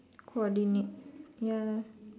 coordinate ya